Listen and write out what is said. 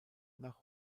nach